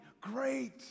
Great